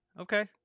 Okay